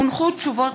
אורי מקלב,